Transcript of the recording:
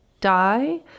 die